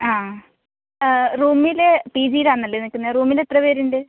ആ റൂമില് പിജിയിൽ ആണല്ലേ നിൽക്കുന്നത് റൂമിൽ എത്ര പേരുണ്ട്